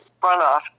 runoff